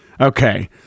Okay